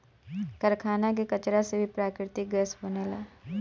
कारखाना के कचरा से भी प्राकृतिक गैस बनेला